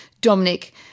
Dominic